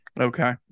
Okay